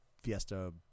fiesta